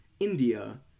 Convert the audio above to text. India